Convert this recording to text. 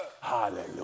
Hallelujah